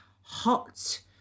hot